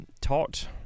taught